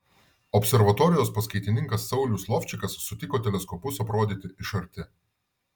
observatorijos paskaitininkas saulius lovčikas sutiko teleskopus aprodyti iš arti